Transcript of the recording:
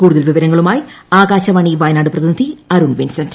കൂടുതൽ വിവരങ്ങളുമായി ആകാശവാണി വയനാട് പ്രതിനിധി അരുൺ വിൻസെന്റ്